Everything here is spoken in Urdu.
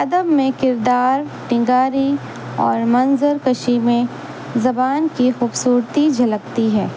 ادب میں کردار نگاری اور منظر کشی میں زبان کی خوبصورتی جھلکتی ہے